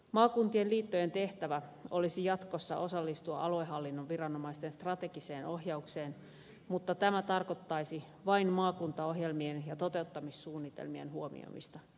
maakuntien liittojen tehtävä olisi jatkossa osallistua aluehallinnon viranomaisten strategiseen ohjaukseen mutta tämä tarkoittaisi vain maakuntaohjelmien ja toteuttamissuunnitelmien huomioimista